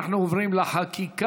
אנחנו עוברים לחקיקה.